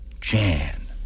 Jan